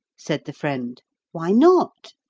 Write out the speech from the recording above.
said the friend why not